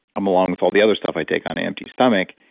um along with all the other stuff i take on an empty stomach,